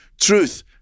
truth